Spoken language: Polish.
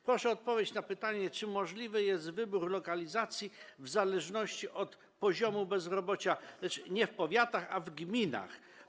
Proszę o odpowiedź na pytanie: Czy możliwy jest wybór lokalizacji w zależności od poziomu bezrobocia - nie w powiatach, a w gminach?